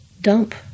dump